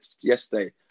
yesterday